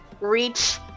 reach